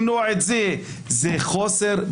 שכל החוק הזה כנראה אחרי שחשבו עליו טוב מאוד,